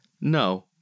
No